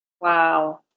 Wow